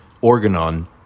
organon